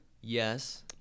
yes